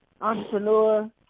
entrepreneur